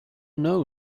know